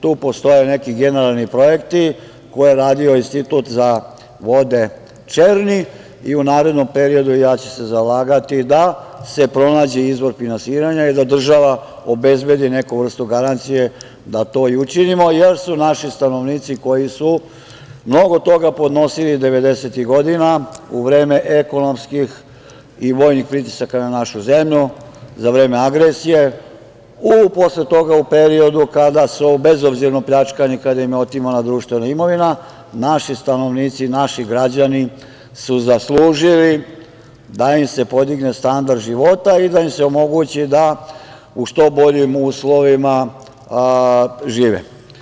Tu postoje neki generalni projekti koje je radio Institut za vode „Černi“ i u narednom periodu ja ću se zalagati da se pronađe izvor finansiranja i da država obezbedi neku vrstu garancije da to i učinimo, jer su naši stanovnici koji su mnogo toga podnosili 90-ih godina, u vreme ekonomskih i vojnih pritisaka na našu zemlju, za vreme agresije, posle toga u periodu kada su bezobzirno pljačkani, kada im je otimana društvena imovina, naši stanovnici, naši građani zaslužili da im se podigne standard života i da im se omogući da u što boljim uslovima žive.